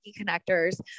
connectors